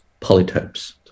polytopes